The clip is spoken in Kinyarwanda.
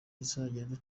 izagenda